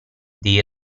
dei